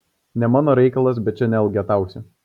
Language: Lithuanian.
ne mano reikalas bet čia neelgetausi